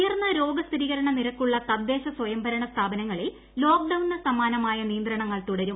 ഉയർന്ന രോഗ സ്ഥിരീകരണ നിരക്കുള്ള തദ്ദേശ സ്വയംഭരണ സ്ഥാപനങ്ങളിൽ ലോക്ഡൌണിന് സമാനമായ നിയന്ത്രണങ്ങൾ തുടരും